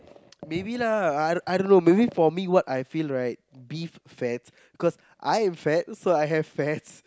maybe lah I I don't know maybe for me what I feel right beef fats cause I am fat so I have fats